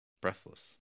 Breathless